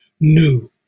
New